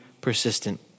persistent